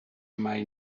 may